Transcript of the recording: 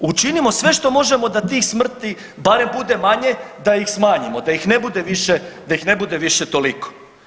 Učinimo sve što možemo da tih smrti barem bude manje, da ih smanjimo, da ih ne bude, da ih ne bude više toliko.